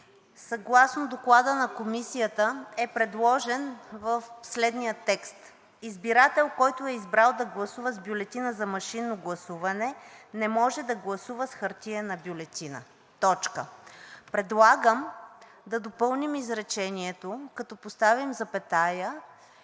съгласно Доклада на Комисията е предложен следният текст: „Избирател, който е избрал да гласува с бюлетина за машинно гласуване, не може да гласува с хартиена бюлетина“ – точка. Предлагам да допълним изречението, като поставим запетая